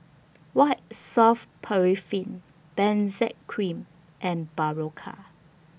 White Soft Paraffin Benzac Cream and Berocca